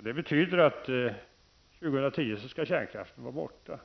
Det betyder att år 2010 skall kärnkraften vara borta.